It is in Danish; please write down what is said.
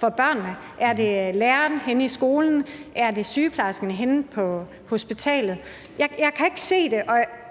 for børnene? Er det læreren henne i skolen? Er det sygeplejersken henne på hospitalet? Jeg kan ikke se,